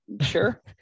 Sure